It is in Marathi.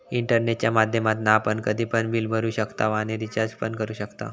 इंटरनेटच्या माध्यमातना आपण कधी पण बिल भरू शकताव आणि रिचार्ज पण करू शकताव